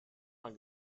man